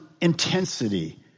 intensity